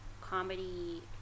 comedy